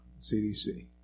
CDC